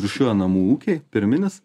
rūšiuoja namų ūkiai pirminis